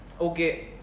Okay